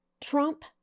Trump